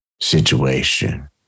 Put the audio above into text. situation